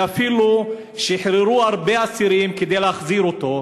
ואפילו שחררו הרבה אסירים כדי להחזיר אותו.